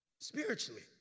spiritually